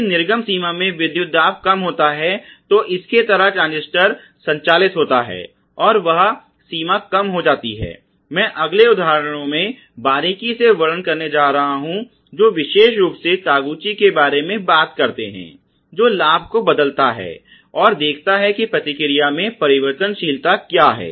यदि निर्गम सीमा में विद्युत दाब कम होता है तो इसके तहत ट्रांजिस्टर संचालित होता है और वह सीमा कम हो जाती है मैं अगले उदाहरणों में बारीकी से वर्णन करने जा रहा हूं जो विशेष रूप से तागुची के बारे में बात करते हैं जब लाभ को बदलता है और देखता है कि प्रतिक्रिया में परिवर्तनशीलता क्या है